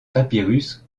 papyrus